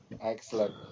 excellent